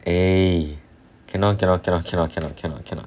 eh cannot cannot cannot cannot cannot cannot cannot